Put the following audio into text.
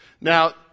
now